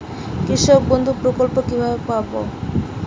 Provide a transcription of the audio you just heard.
কৃষকবন্ধু প্রকল্প কিভাবে পাব?